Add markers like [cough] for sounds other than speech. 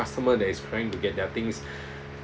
customer that is trying to get their things [breath]